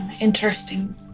interesting